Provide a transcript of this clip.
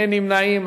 אין נמנעים.